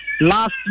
last